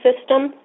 system